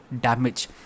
damage